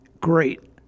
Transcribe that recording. great